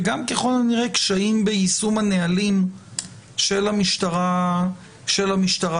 וגם ככל הנראה קשיים ביישום הנהלים של המשטרה עצמה.